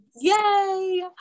Yay